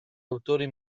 autori